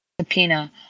subpoena